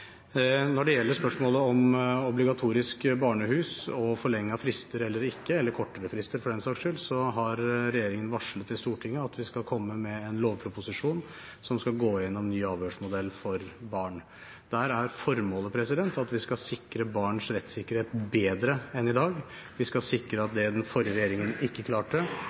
gjelder spørsmålet om å gjøre bruken av barnehus obligatorisk og forlengede frister eller ikke – eller kortere frister, for den sakens skyld – har regjeringen varslet i Stortinget at vi skal komme med en lovproposisjon, som skal gå gjennom ny avhørsmodell for barn. Der er formålet at vi skal sikre barns rettssikkerhet bedre enn i dag. Vi skal sikre det den forrige regjeringen ikke klarte,